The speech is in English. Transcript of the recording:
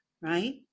right